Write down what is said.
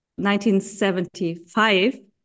1975